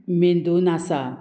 मेंदून आसा